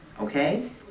okay